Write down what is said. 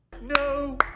no